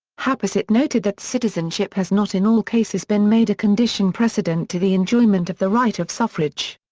happersett noted that citizenship has not in all cases been made a condition precedent to the enjoyment of the right of suffrage.